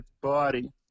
body